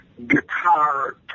Guitar